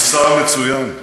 הוא שר, והוא שר מצוין,